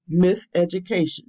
miseducation